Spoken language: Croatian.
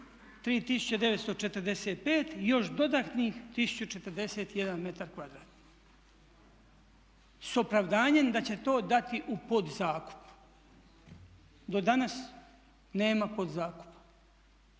3945 još dodatnih 1041m2 s opravdanjem da će to dati u podzakup. Do danas nema podzakupa.